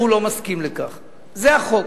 זה החוק.